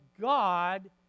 God